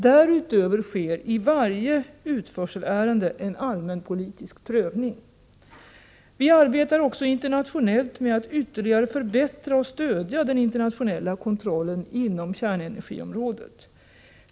Därutöver sker i varje utförselärende en allmänpolitisk prövning. Vi arbetar också internationellt med att ytterligare förbättra och stödja den internationella kontrollen inom kärnenergiområdet.